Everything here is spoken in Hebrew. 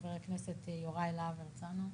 חבר הכנסת יוראי להב הרצנו.